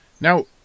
Now